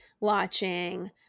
watching